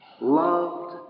loved